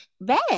Bad